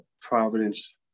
Providence